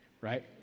right